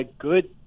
good